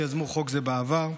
שיזמו חוק זה בעבר,